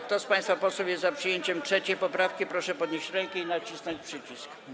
Kto z państwa posłów jest za przyjęciem 3. poprawki, proszę podnieść rękę i nacisnąć przycisk.